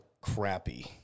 crappy